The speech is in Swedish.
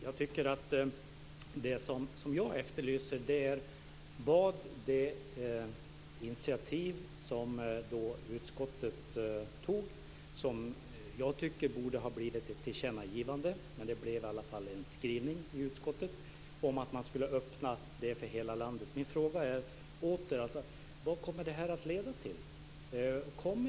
Jag tycker att det initiativ som utskottet tog borde ha blivit ett tillkännagivande, men det blev i alla fall en skrivning om att man skulle öppna detta för hela landet. Min fråga är åter: Vad kommer det här att leda till?